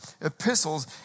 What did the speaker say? epistles